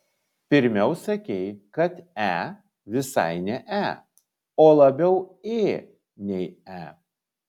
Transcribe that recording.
pirmiau sakei kad e visai ne e o labiau ė nei e